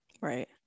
Right